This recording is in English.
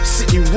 City